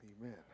amen